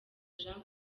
jean